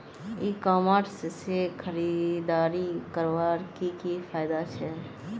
ई commerce से खरीदारी करवार की की फायदा छे?